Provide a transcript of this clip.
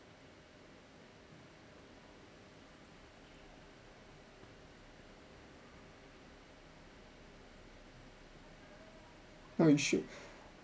uh you should